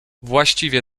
właściwie